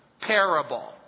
parable